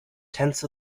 tenth